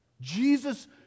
Jesus